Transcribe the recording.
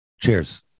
Cheers